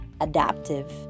adaptive